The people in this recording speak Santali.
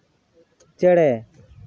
ᱪᱮᱬᱮ